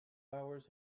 hours